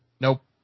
Nope